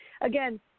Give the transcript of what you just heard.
again